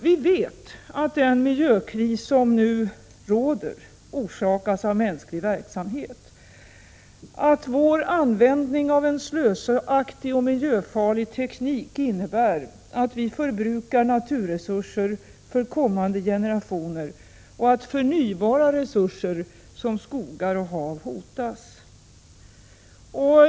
Vi vet att den miljökris som nu råder orsakas av mänsklig verksamhet. Vår användning av en slösaktig och miljöfarlig teknik innebär att vi förbrukar naturresurser för kommande generationer och att förnybara naturresurser som skogar och hav hotas.